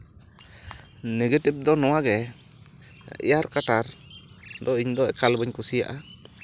negative ᱫᱚ ᱱᱚᱣᱟᱜᱮ ᱮᱭᱟᱨ ᱠᱟᱴᱟᱨ ᱤᱧ ᱫᱚ ᱮᱠᱟᱞ ᱵᱟᱹᱧ ᱠᱩᱥᱤᱭᱟᱜᱼᱟ